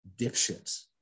dipshits